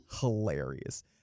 Hilarious